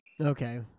Okay